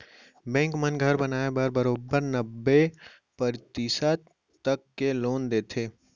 bank मन घर बनाए बर बरोबर नब्बे परतिसत तक के लोन देथे